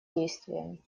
действием